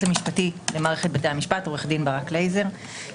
המשפטי למערכת בתי המשפט עו"ד ברק לייזר,